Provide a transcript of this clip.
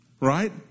right